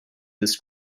this